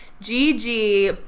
Gigi